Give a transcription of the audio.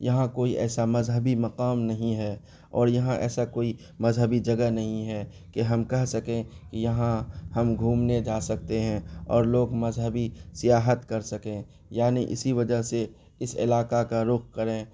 یہاں کوئی ایسا مذہبی مقام نہیں ہے اور یہاں ایسا کوئی مذہبی جگہ نہیں ہے کہ ہم کہہ سکیں کہ یہاں ہم گھومنے جا سکتے ہیں اور لوگ مذہبی سیاحت کر سکیں یعنی اسی وجہ سے اس علاقہ کا رخ کریں